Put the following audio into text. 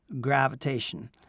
gravitation